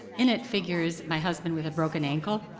in it figures my husband with a broken ankle,